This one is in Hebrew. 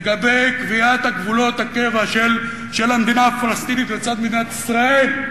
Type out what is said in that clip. לגבי קביעת גבולות הקבע של המדינה הפלסטינית לצד מדינת ישראל,